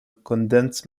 condensed